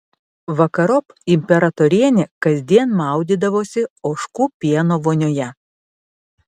vakarop imperatorienė kasdien maudydavosi ožkų pieno vonioje